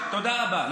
תודה רבה.